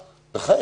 בחייכם.